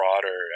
broader